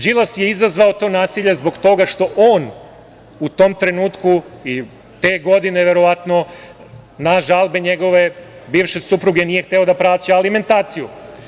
Đilas je izazvao to nasilje zbog toga što on u tom trenutku i te godine, verovatno, na žalbe njegove bivše supruge nije hteo da plaća alimentaciju.